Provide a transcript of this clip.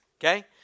okay